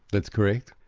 that's correct.